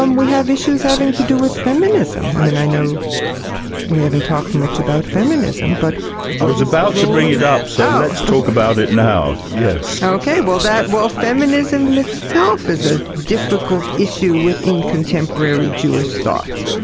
um we have issues having to do with feminism. i mean i know we haven't talked much about feminism but. i was about to bring it up, so let's talk about it now. yes. okay! so that. well, feminism itself is a difficult issue within contemporary jewish thought.